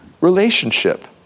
relationship